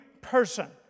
person